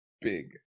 big